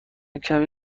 کمی